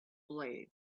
blades